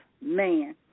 man